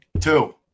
Two